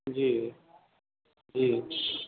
जी जी